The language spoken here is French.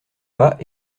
pas